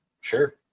Sure